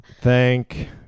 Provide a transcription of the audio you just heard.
Thank